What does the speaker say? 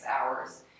hours